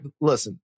Listen